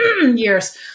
years